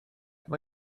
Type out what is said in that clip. mae